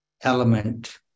element